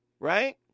Right